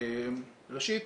ראשית,